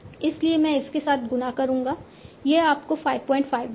इसलिए मैं इसके साथ गुणा करूंगा यह आपको 55 देगा